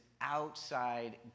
outside